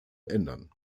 ändern